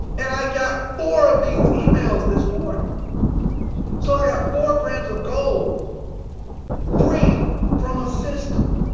and i got four of these emails this morning so i got four grams of gold free, from a system.